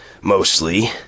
Mostly